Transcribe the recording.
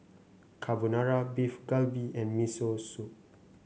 Carbonara Beef Galbi and Miso Soup